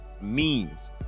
memes